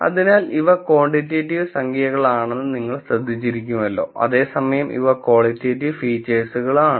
അതിനാൽ ഇവ ക്വാണ്ടിറ്റേറ്റീവ് സംഖ്യകളാണെന്ന് നിങ്ങൾ ശ്രദ്ധിച്ചിരിക്കുമല്ലോ അതേസമയം ഇവ ക്വാളിറ്റേറ്റിവ് ഫീച്ചേഴ്സുകളുമാണ്